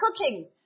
cooking